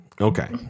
Okay